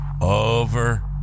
over